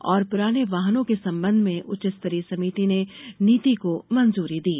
और पुराने वाहनों के संबंध में उच्च स्तरीय समिति ने नीति को मंजूरी दी